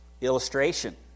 illustration